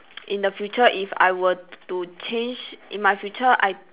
in the future if I were to change in my future I